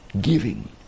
giving